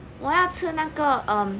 我要吃那个 um